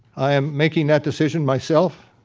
i am making that decision myself.